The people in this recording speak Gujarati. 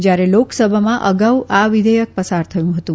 યારે લોકસભામાં ગાઉ આ વિધેયક પસાર થયું હતું